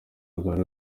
rwari